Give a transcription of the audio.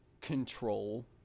control